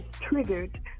triggered